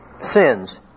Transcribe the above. sins